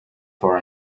for